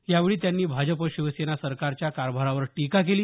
यावेळी त्यांनी भाजप शिवसेना सरकारच्या कारभारावर टीका केली